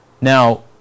Now